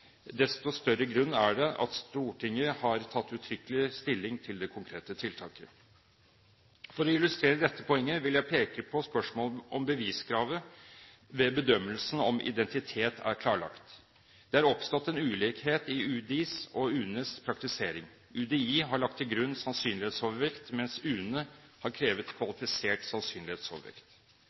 desto større grunn er det til at Stortinget har tatt uttrykkelig stilling til det konkrete tiltaket. For å illustrere dette poenget vil jeg peke på om spørsmålet om beviskrav når det gjelder bedømmelse av identitet, er klarlagt. Det er oppstått en ulikhet i UDIs og i UNEs praktisering. UDI har lagt til grunn sannsynlighetsovervekt, mens UNE har krevet kvalifisert